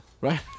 right